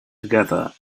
together